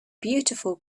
beautiful